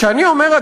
כשאני אומר,